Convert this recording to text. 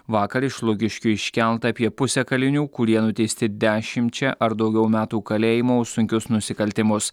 vakar iš lukiškių iškelta apie pusę kalinių kurie nuteisti dešimčia ar daugiau metų kalėjimo už sunkius nusikaltimus